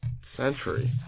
century